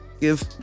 Give